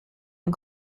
and